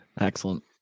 Excellent